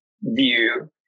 view